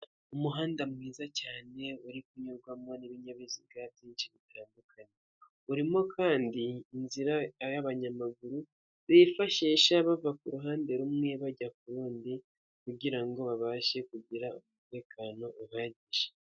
Umuhanda mwiza cyane uri kunyurwamo n'ibinyabiziga byinshi bitandukanye, urimo kandi inzira y'abanyamaguru bifashisha bava ku ruhande rumwe bajya ku rundi kugirango ngo babashe kugira umutekano uha.